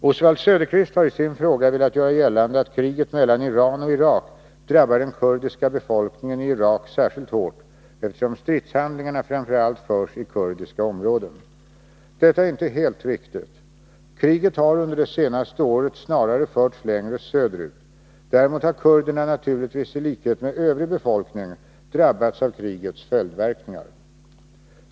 Oswald Söderqvist har i sin fråga velat göra gällande att kriget mellan Iran och Irak drabbar den kurdiska befolkningen i Irak särskilt hårt eftersom stridshandlingarna framför allt förs i kurdiska områden. Detta är inte helt riktigt. Kriget har under det senaste året snarare förts längre söderut. Däremot har kurderna naturligtvis i likhet med övrig befolkning drabbats av krigets följdverkningar.